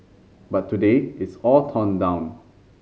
but today it's all torn down